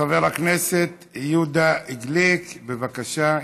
חבר הכנסת יהודה גליק, בבקשה.